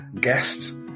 guest